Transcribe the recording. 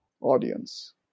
audience